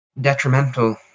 detrimental